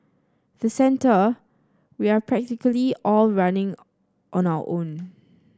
the centre we are practically all running on our own